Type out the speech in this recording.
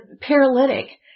paralytic